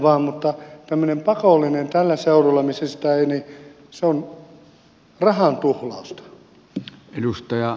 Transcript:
mutta tämmöinen pakollinen tällä seudulla missä sitä ei tarvita on rahan tuhlausta